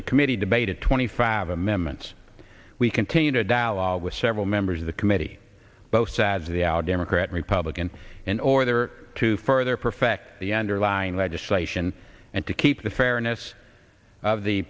the committee debated twenty five amendments we continue to dialogue with several members of the committee both sides of the out democrat republican in order to further perfect the endor line legislation and to keep the fairness of the